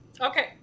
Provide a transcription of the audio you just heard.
Okay